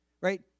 right